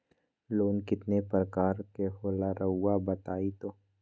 Loan कितने पारकर के होला रऊआ बताई तो?